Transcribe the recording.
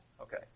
Okay